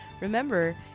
Remember